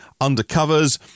undercovers